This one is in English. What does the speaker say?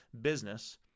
business